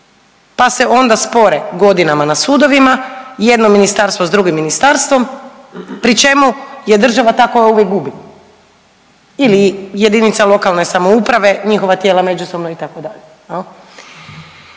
pa se onda spore godinama na sudovima jedno ministarstvo s drugim ministarstvom pri čemu je država ta koja uvijek gubi ili jedinica lokalne samouprave, njihova tijela međusobno itd.